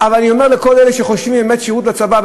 אבל אני אומר לכל אלה שחושבים באמת ששירות בצבא,